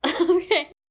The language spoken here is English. Okay